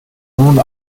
nun